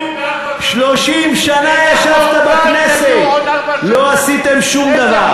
30 שנה ישבתם בכנסת לא עשיתם שום דבר.